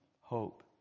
hope